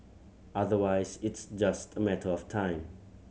otherwise it's just a matter of time